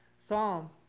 Psalm